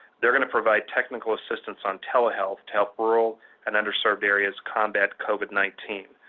they're going to provide technical assistance on telehealth to help rural and underserved areas combat covid nineteen.